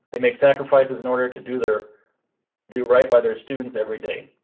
they make sacrifices in order to do their do right by their students every day.